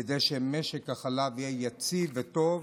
כדי שמשק החלב יהיה יציב וטוב.